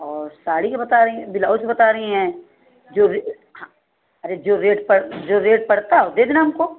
और साड़ी का बताएं हैं बिलाउज के बता रही हैं जो रे ह हाँ अरे जो रेट पड़ जो रेट पड़ता है वह दे देना हमको